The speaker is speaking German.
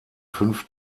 fünf